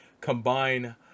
combine